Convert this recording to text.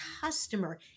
customer